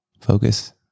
Focus